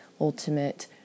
ultimate